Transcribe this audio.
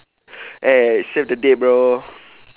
eh save the date bro